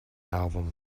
album